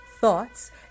thoughts